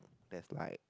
that's like